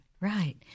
Right